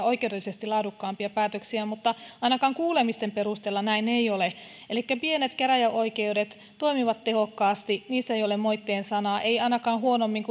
oikeudellisesti laadukkaampia päätöksiä mutta ainakaan kuulemisten perusteella näin ei ole elikkä pienet käräjäoikeudet toimivat tehokkaasti niissä ei ole moitteen sanaa eivät ainakaan huonommin